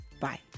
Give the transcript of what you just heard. Bye